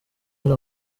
hari